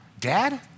Dad